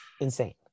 insane